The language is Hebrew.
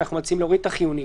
אנחנו מציעים להוריד את חיוני,